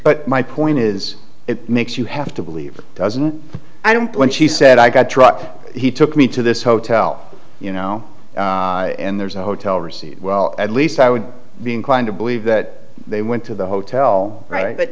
but my point is it makes you have to believe doesn't i don't when she said i truck he took me to this hotel you know and there's a hotel receipt well at least i would be inclined to believe that they went to the hotel right